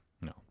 No